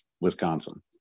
wisconsin